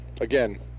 again